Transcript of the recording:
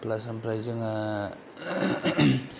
प्लास ओमफ्राय जोंहा